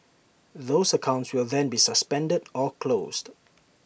those accounts will then be suspended or closed